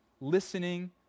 listening